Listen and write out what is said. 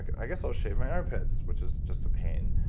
i guess i'll shave my armpits, which is just a pain,